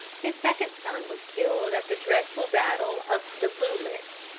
his second son was killed at the dreadful battle of the blue licks,